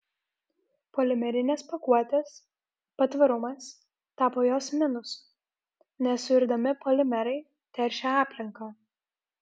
polimerinės pakuotės patvarumas tapo jos minusu nesuirdami polimerai teršia aplinką